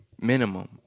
Minimum